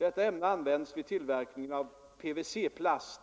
Detta ämne används vid tillverkningen av PVC-plast.